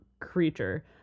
creature